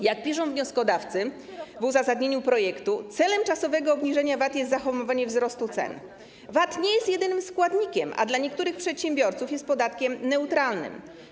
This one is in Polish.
Jak piszą wnioskodawcy w uzasadnieniu projektu, celem czasowego obniżenia VAT jest zahamowanie wzrostu cen. VAT nie jest jedynym składnikiem, a dla niektórych przedsiębiorców jest podatkiem neutralnym.